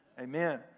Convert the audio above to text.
Amen